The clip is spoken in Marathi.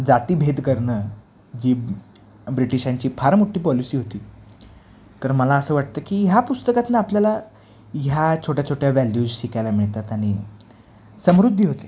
जातीभेद करणं जी ब्रिटिशांची फार मोठी पॉलिसी होती तर मला असं वाटतं की ह्या पुस्तकातून आपल्याला ह्या छोट्या छोट्या वॅल्यूज शिकायला मिळतात आणि समृद्धी होते